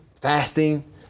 fasting